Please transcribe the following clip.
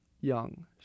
young